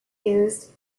used